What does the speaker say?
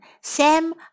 Sam